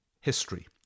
history